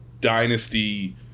dynasty